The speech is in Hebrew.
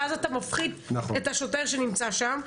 ואז אתה מפחית את השוטר שנמצא שם.